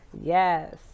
Yes